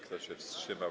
Kto się wstrzymał?